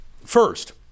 first